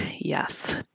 yes